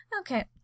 Okay